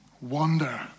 wonder